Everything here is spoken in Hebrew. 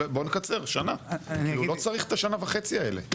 בוא נקצר שנה, לא צריך את השנה וחצי האלה.